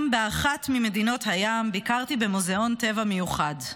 באחת ממדינות הים ביקרתי במוזיאון טבע מיוחד.